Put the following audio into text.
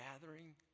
gathering